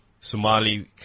Somali